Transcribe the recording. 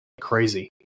crazy